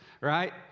right